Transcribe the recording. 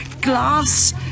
glass